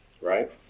right